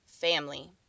family